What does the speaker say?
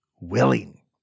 willing